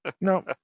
No